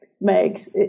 makes